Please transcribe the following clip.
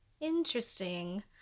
Interesting